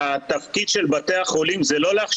בבתי החולים או מוסדות